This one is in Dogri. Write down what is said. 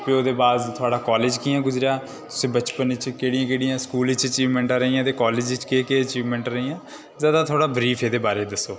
ते फ्ही ओह्दे बाद थुहाड़ा कॉलेज कि'यां गुजरेआ तुस बचपन च केह्ड़ियां केह्ड़ियां स्कूल च अचीवमैंटां रेहियां ते कॉलेज च केह् केह् अचीवमैंटां रेहियां जरा थोह्ड़ा ब्रीफ एह्दे बारै ई दस्सो